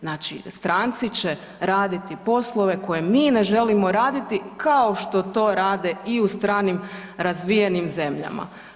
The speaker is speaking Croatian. Znači stranci će raditi poslove koje mi ne želimo raditi kao što to rade i u stranim razvijenim zemljama.